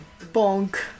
Bonk